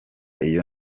iyo